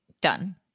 done